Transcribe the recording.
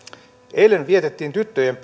eilen vietettiin tyttöjen